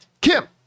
Kim